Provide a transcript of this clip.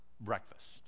breakfast